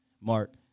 Mark